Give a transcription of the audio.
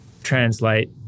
Translate